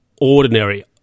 ordinary